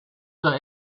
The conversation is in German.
der